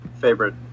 favorite